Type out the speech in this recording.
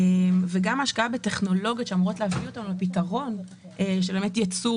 וגם ההשקעה בטכנולוגיות שאמורות להביא אותנו לפתרון של ייצור